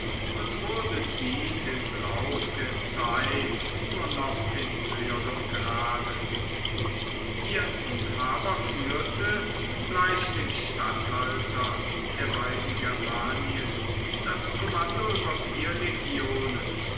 und wurde dies im lauf der zeit nur noch in höherem grade ihr inhaber führte gleich den statthaltern der beiden germanien das kommando über vier legionen